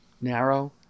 narrow